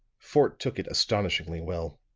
fort took it astonishingly well.